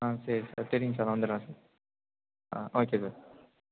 ஆ சரி சார் தெரியும் சார் வந்துடுறேன் சார் ஆ ஓகே சார்